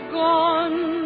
gone